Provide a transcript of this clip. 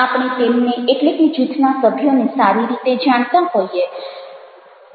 આપણે તેમને એટલે કે જૂથના સભ્યોને સારી રીતે જાણતા હોઈએ